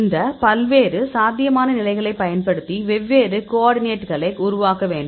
இந்த பல்வேறு சாத்தியமான நிலைகளைப் பயன்படுத்தி வெவ்வேறு கோஆர்டினேட்ஸ்களை உருவாக்க வேண்டும்